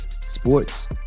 sports